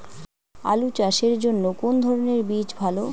আলু চাষের জন্য কোন ধরণের বীজ ভালো?